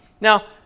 Now